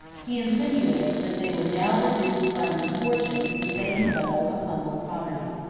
he insinuates, that they were now reduced by misfortune to the same level of humble poverty.